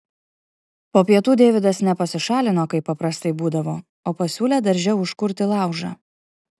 po pietų deividas ne pasišalino kaip paprastai būdavo o pasiūlė darže užkurti laužą